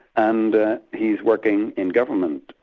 and he's working in government.